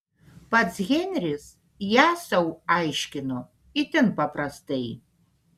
pats henris ją sau aiškino itin paprastai